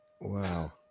Wow